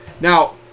Now